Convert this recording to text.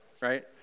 right